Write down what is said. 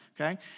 okay